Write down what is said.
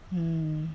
mm